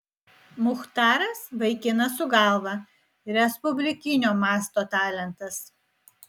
muchtaras vaikinas su galva respublikinio masto talentas